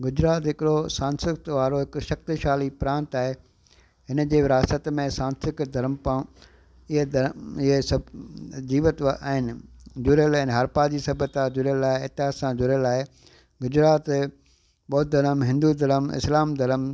गुजरात हिकिड़ो सांस्तकृतिक वारो हिकु शक्तिशाली प्रांत आहे हिनजी विरासत में सांस्तकृतिक धरमपाऊं इअं त इहे सभु जीवत्व आहिनि जुड़ियल आहिनि हरपा जी सभ्यता जुड़ियल आहे तर सां जुड़ियल आहे गुजरात बौद्ध धर्म हिंदु धर्म इस्लाम धर्म